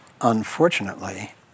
unfortunately